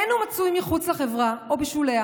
אין הוא מצוי מחוץ לחברה או בשוליה,